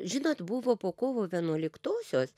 žinot buvo po kovo vienuoliktosios